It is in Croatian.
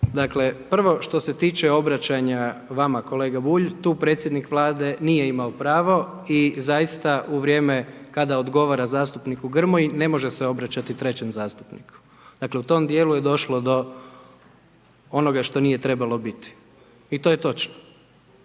Ovako prvo što se tiče obraćanja vama kolega Bulj, tu predsjednik Vlade nije imao pravo i zaista u vrijeme kada odgovara zastupniku Grmoji, ne može se obraćati trećem zastupniku. Dakle, u tom dijelu je došlo do onoga što nije trebalo biti i to je točno.